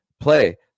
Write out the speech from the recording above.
play